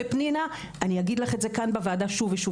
ופנינה אני אגיד לך את זה כאן בוועדה שוב ושוב